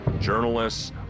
journalists